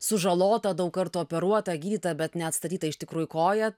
sužalota daug kartų operuota gydyta bet neatstatyta iš tikrųjų koja